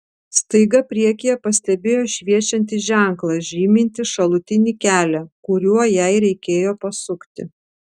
staiga priekyje pastebėjo šviečiantį ženklą žymintį šalutinį kelią kuriuo jai reikėjo pasukti